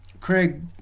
Craig